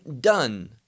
done